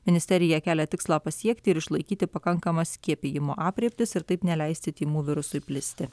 ministerija kelia tikslą pasiekti ir išlaikyti pakankamas skiepijimo aprėptis ir taip neleisti tymų virusui plisti